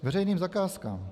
K veřejným zakázkám.